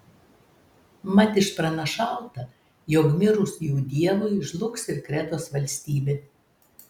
mat išpranašauta jog mirus jų dievui žlugs ir kretos valstybė